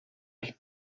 ich